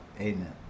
Amen